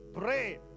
pray